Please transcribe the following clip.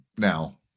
now